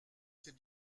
c’est